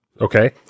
Okay